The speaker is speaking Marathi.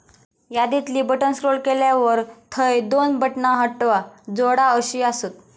यादीतली बटण स्क्रोल केल्यावर थंय दोन बटणा हटवा, जोडा अशी आसत